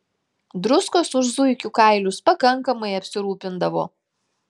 druskos už zuikių kailius pakankamai apsirūpindavo